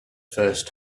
first